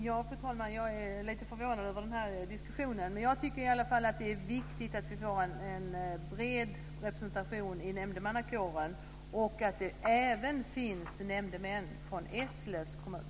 Fru talman! Jag är lite förvånad över den här diskussionen, men jag tycker i alla fall att det är viktigt att vi får en bred representation i nämndemannakåren och att det även finns nämndemän från Eslövs kommun.